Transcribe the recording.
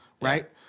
right